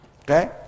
Okay